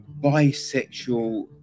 bisexual